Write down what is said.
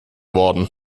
worden